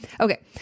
Okay